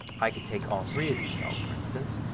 i can take all three of these cells, for instance,